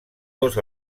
dos